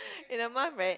in the